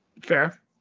Fair